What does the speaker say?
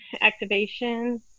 activation